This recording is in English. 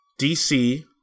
DC